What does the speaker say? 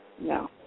No